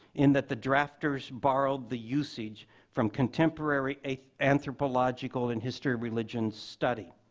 in that the drafters borrowed the usage from contemporary anthropological and history of religion study.